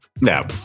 No